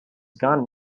gun